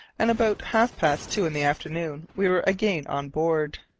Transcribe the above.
and about half-past two in the afternoon we were again on board.